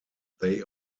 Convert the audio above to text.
they